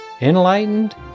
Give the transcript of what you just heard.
enlightened